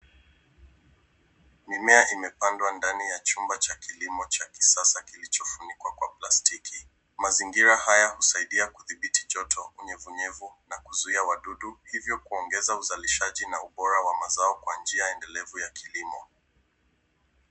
Mimea imepandwa ndani ya chumba cha kilimo cha kisasa kilichofunikwa kwa plastiki. Mazingira haya husaidia kudhibiti joto, unyevunyevu na kuzuia wadudu hivyo kuongeza uzalishaji na ubora wa mazao kwa njia endelevu ya kilimo.